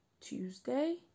Tuesday